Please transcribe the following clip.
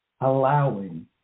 allowing